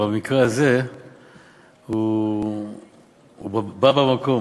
אבל במקרה הזה הוא בא במקום,